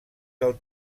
dels